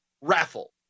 raffle